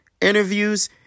interviews